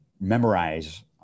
memorize